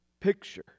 picture